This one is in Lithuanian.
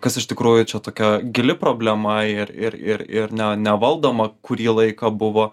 kas iš tikrųjų čia tokia gili problema ir ir ir ir ne nevaldoma kurį laiką buvo